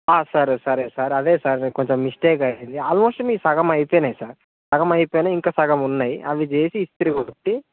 సరే సరే సార్ అదే సార్ కొంచెం మిస్టేక్ అయ్యింది ఆల్మోస్ట్ మీవి సగం అయిపోయాయి సార్ సగం అయిపోయాయి ఇంకా సగం ఉన్నాయి అవి చేసి ఇస్త్రీ పెట్టి